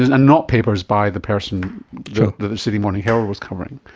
and not papers by the person that the sydney morning herald was covering.